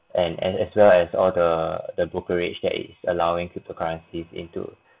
and and as well as all the the brokerage that is allowing cryptocurrency into